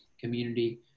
community